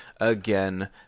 again